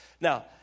Now